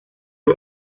you